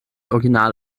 original